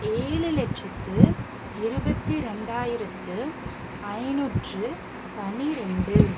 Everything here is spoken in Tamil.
ஏழு லெட்சத்தி இருபத்திரெண்டாயிரத்தி ஐநூற்றி பன்னிரெண்டு